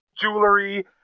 Jewelry